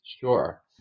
Sure